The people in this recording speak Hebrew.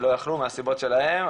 לא יכלו להגיע מהסיבות שלהם.